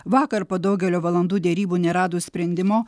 vakar po daugelio valandų derybų neradus sprendimo